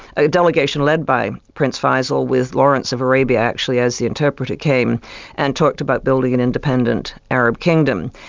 a delegation led by prince faisal, with lawrence of arabia actually as the interpreter, came and talked about building an independent arab kingdom.